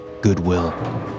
goodwill